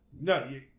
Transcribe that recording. no